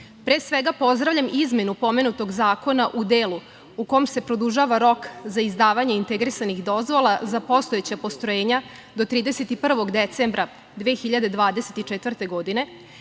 EU.Pre svega, pozdravljam izmenu pomenutog zakona u delu u kom se produžava rok za izdavanje integrisanih dozvola za postojeća postrojenja do 31. decembra 2024. godine,